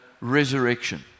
resurrection